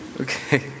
Okay